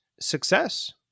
success